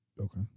Okay